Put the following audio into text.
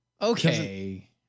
Okay